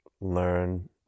learn